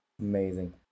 Amazing